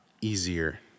easier